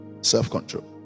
Self-control